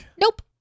nope